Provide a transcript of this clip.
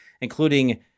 including